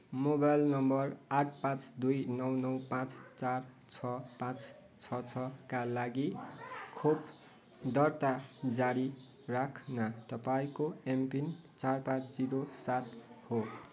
mobile number आठ पाँच दुई नौ नौ पाँच चार छ पाँच छ छका लागि खोप दर्ता जारी राख्न तपाईँँको एमपिन सात पाँच जिरो सात हो